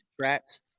traps